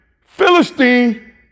Philistine